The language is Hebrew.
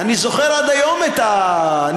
אני זוכר עד היום את המנגינה: